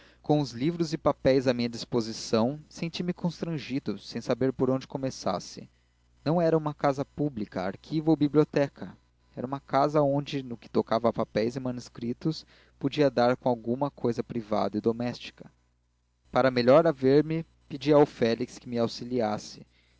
com os livros e papéis à minha disposição senti-me constrangido sem saber por onde começasse